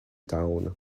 town